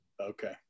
Okay